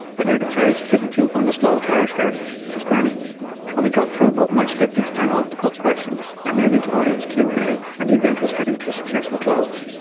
we learned of terry's hitherto undisclosed irish heritage his granny and we got through both my scripted and off the cuff questions, and then into audience q and a and the event was heading to a successful close.